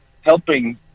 helping